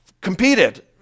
competed